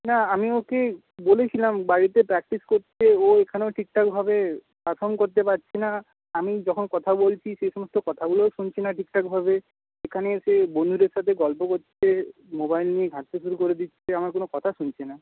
না আমি ওকে বলেছিলাম বাড়িতে প্র্যাক্টিস করতে ও এখানেও ঠিকঠাকভাবে পারফর্ম করতে পারছে না আমি যখন কথা বলছি সেই সমস্ত কথাগুলোও শুনছে না ঠিকঠাকভাবে এখানে এসে বন্ধুদের সাথে গল্প করছে মোবাইল নিয়ে ঘাঁটতে শুরু করে দিচ্ছে আমার কোনো কথা শুনছে না